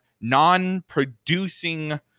non-producing